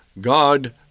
God